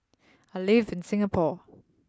I live in Singapore